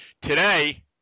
Today